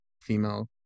female